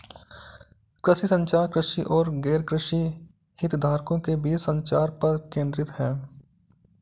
कृषि संचार, कृषि और गैरकृषि हितधारकों के बीच संचार पर केंद्रित है